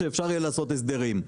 שאפשר יהיה לעשות הסדרים.